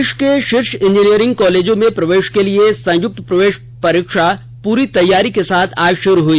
देश के शीर्ष इंजीनियरिंग कॉलेजों में प्रवेश के लिए संयुक्त प्रवेश परीक्षा पूरी तैयारी के साथ आज शुरू हुई